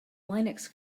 linux